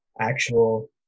actual